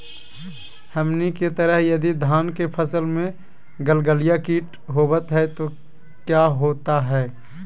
हमनी के तरह यदि धान के फसल में गलगलिया किट होबत है तो क्या होता ह?